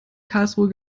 karlsruhe